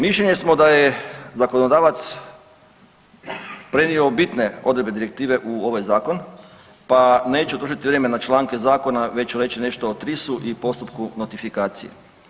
Mišljenja smo da je zakonodavac prenio bitne odredbe direktive u ovaj zakon, pa neću trošiti vrijeme na članke zakona već ću reći nešto o TRIS-u i postupku notifikacije.